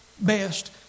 best